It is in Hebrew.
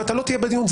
ואתה לא תהיה בדיון,